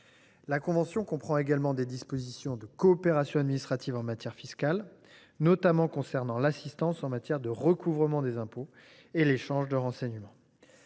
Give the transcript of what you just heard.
Elle comporte également des dispositions de coopération administrative en matière fiscale, notamment sur l’assistance en matière de recouvrement des impôts et l’échange de renseignements.